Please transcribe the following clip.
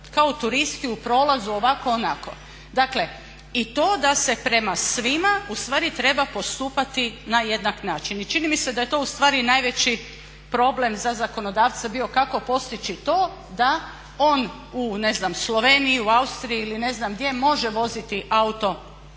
kao turisti u prolazu ovako onako. Dakle i to da se prema svima ustvari treba postupati na jednak način. I čini mi se da je to ustvari i najveći problem za zakonodavca bio kako postići to da on u ne znam Sloveniji, Austriji ili ne znam gdje može voziti auto velike